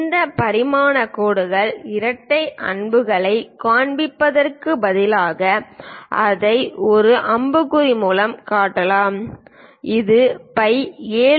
இந்த பரிமாணக் கோடு இரட்டை அம்புகளைக் காண்பிப்பதற்குப் பதிலாக அதை ஒரு அம்புக்குறி மூலம் காட்டலாம் இது பை 7